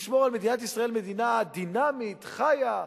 לשמור על מדינת ישראל מדינה דינמית, חיה.